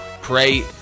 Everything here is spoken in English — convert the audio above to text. pray